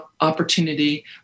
opportunity